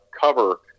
cover